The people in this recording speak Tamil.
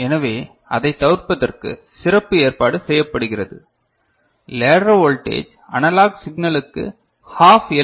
எனவே அதைத் தவிர்ப்பதற்கு சிறப்பு ஏற்பாடு செய்யப்படுகிறது லேடர் வோல்டேஜ் அனலாக் சிக்னலுக்குக் ஹாஃப் எல்